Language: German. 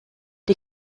die